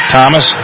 Thomas